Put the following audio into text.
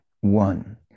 one